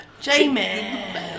Jamie